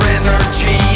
energy